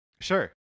Sure